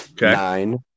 nine